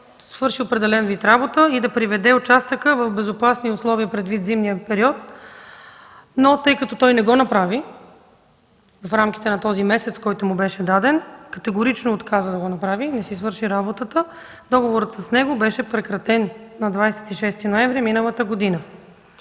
свърши определен вид работа и да приведе участъка в безопасни условия предвид зимния период. Тъй като той не го направи в рамките на този месец, който му беше даден, категорично отказа да го направи, не си свърши работата, договорът с него беше прекратен на 26 ноември миналата година.